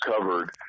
covered